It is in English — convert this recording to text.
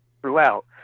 throughout